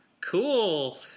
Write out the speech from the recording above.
cool